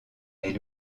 est